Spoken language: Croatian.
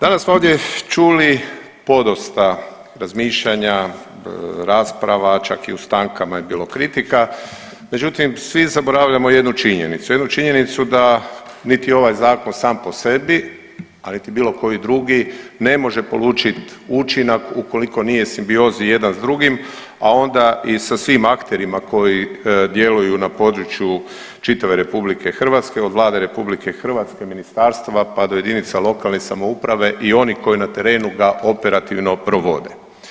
Danas smo ovdje čuli podosta razmišljanja, rasprava, čak i u stankama je bilo kritika, međutim, svi zaboravljamo jednu činjenicu, jednu činjenicu da niti ovaj Zakon sam po sebi, a niti bilo koji drugi ne može polučiti učinak ukoliko nije u simbiozi jedan s drugim, a onda i sa svim akterima koji djeluju na području čitave RH, od Vlade RH, ministarstva pa do jedinica lokalne samouprave i oni koji na terenu ga operativno provode.